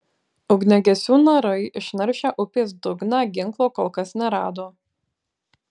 ugniagesių narai išnaršę upės dugną ginklo kol kas nerado